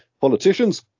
politicians